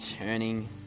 turning